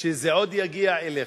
זה עוד יגיע אליכם,